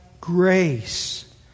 grace